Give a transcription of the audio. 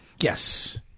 Yes